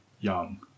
young